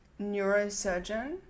neurosurgeon